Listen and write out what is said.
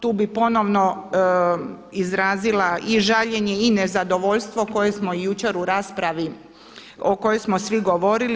Tu bi ponovno izrazila i žaljenje i nezadovoljstvo koje smo jučer u raspravi o kojoj smo svi govorili.